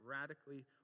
radically